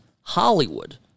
Hollywood